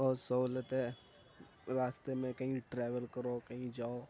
بہت سہولت ہے راستے میں کہیں ٹریول کرو کہیں جاؤ